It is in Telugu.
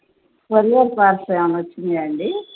కొరియర్ పార్సెల్ ఏమైనా వచ్చాయా అండి